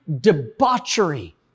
debauchery